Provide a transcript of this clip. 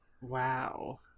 Wow